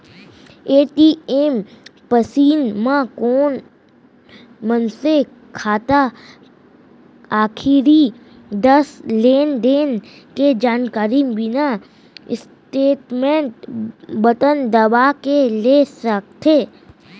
ATM machine म कोन मनसे खाता आखरी दस लेनदेन के जानकारी मिनी स्टेटमेंट बटन दबा के ले सकथे